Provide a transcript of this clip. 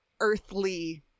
earthly